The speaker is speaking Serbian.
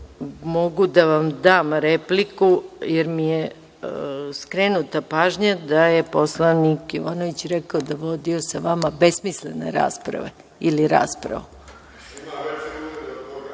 mogu da vam dam repliku jer mi je skrenuta pažnja da je poslanik Jovanović rekao da je vodio sa vama besmislene rasprave ili raspravu.(Vojislav